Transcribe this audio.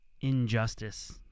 injustice